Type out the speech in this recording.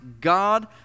God